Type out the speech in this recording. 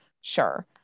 sure